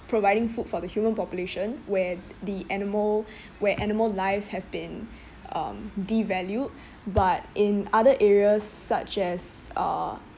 providing food for the human population where th~ the animal where animal lives have been um devalued but in other areas such as uh